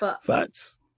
Facts